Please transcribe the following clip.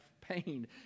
pain